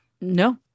No